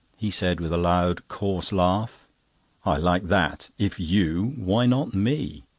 he said, with a loud, coarse laugh i like that if you, why not me?